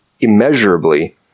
immeasurably